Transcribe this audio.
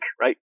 right